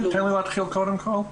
בבקשה.